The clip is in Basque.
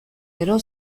gero